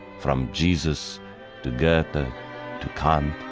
from jesus to goethe to kant